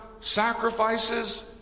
sacrifices